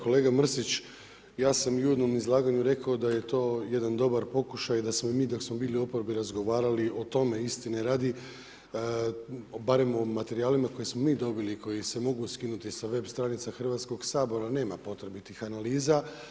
Kolega Mrsić, ja sam u uvodnom izlaganju rekao, da je to jedan dobar pokušaj i da smo mi dok smo bili u oporbi razgovarali o tome, istine radi, barem o materijalima koje smo mi dobili i koje se mogu skinuti sa web stranice Hrvatskog sabora, nema potrebitih analiza.